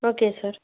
okay sir